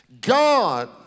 God